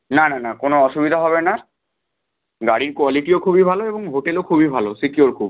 না না না কোনো অসুবিধা হবে না গাড়ির কোয়ালিটিও খুবই ভালো এবং হোটেলও খুবই ভালো সিকিওর খুব